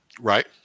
Right